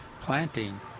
planting